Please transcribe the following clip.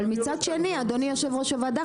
אבל מצד שני אדוני יושב ראש הוועדה,